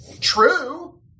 True